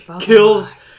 kills